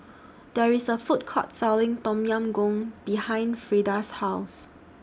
There IS A Food Court Selling Tom Yam Goong behind Freeda's House